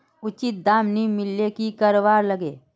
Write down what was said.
उचित दाम नि मिलले की करवार लगे?